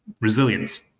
resilience